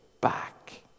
back